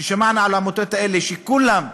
ששמענו על העמותות האלה שכמעט כולן,